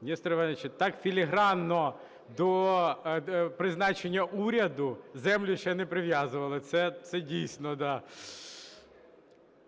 Несторе Івановичу, так філігранно до призначення уряду землю ще не прив'язували. Це дійсно, да...